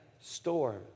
storm